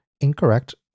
incorrect